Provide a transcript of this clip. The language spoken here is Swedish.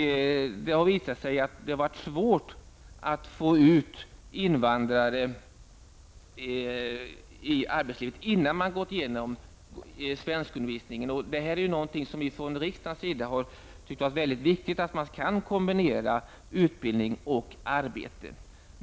Det visade sig att det var svårt att få ut invandrare i arbetslivet innan de fått svenskundervisning. Vi från riksdagens sida har tyckt att det är mycket viktigt att man kan kombinera utbildning och arbete.